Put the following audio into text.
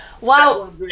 Wow